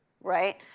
right